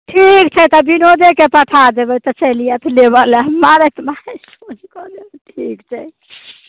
ठीक छै तऽ विनोदेके पठा देबै तऽ चलि आयत लेबऽ लेल मारैत मारैत सोझ कऽ देबै ठीक छै